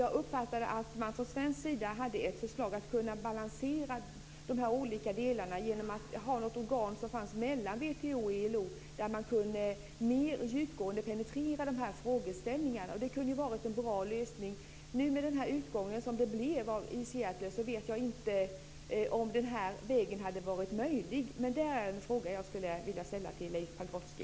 Jag uppfattade att man från svensk sida hade ett förslag om att balansera de olika delarna genom att ha ett organ mellan WTO och ILO, där man mer djupgående kunde penetrera de här frågeställningarna. Det kunde ha varit en bra lösning. Med den utgång som det blev i Seattle vet jag inte om den här vägen hade varit möjlig, men det är en fråga som jag skulle vilja ställa till Leif Pagrotsky.